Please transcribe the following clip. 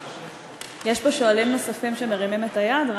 יש פה שואלים נוספים שמרימים את היד,